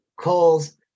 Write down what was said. calls